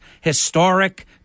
historic